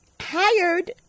hired